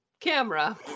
camera